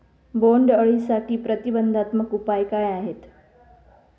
बोंडअळीसाठी प्रतिबंधात्मक उपाय काय आहेत?